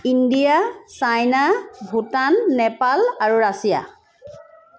India China Bhutan Nepal আৰু Russia